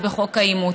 בחוק האימוץ.